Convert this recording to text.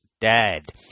dead